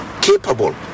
capable